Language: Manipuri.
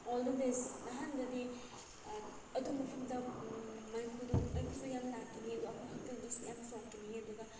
ꯑꯣꯜꯗꯟ ꯗꯦꯖ ꯅꯍꯥꯟꯗꯗꯤ ꯑꯗꯨ ꯃꯐꯝꯗ ꯃꯩꯈꯨꯗꯣ ꯃꯩꯈꯨꯁꯨ ꯌꯥꯝ ꯂꯥꯛꯀꯅꯤ ꯑꯗꯣ ꯑꯩꯈꯣꯏ ꯍꯛꯆꯥꯡꯗꯁꯨ ꯌꯥꯝ ꯁꯣꯛꯀꯅꯤꯌꯦ ꯑꯗꯨꯒ